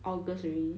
august already